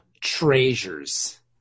treasures